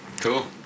Cool